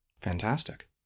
Fantastic